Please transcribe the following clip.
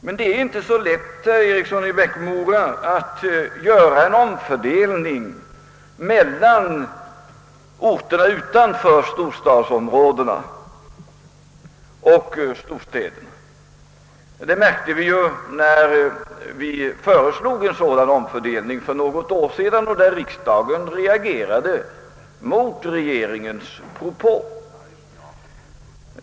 Men, herr Eriksson i Bäckmora, det är inte så lätt att göra en omfördelning mellan orterna utanför storstadsområdena och storstäderna. Det märkte vi när vi för något år sedan föreslog en sådan omfördelning och när riksdagen reagerade mot regeringens propå.